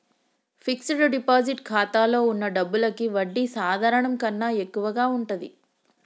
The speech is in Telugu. ఫిక్స్డ్ డిపాజిట్ ఖాతాలో వున్న డబ్బులకి వడ్డీ సాధారణం కన్నా ఎక్కువగా ఉంటది